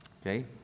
okay